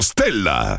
Stella